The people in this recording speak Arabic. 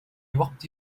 وقت